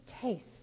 taste